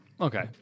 Okay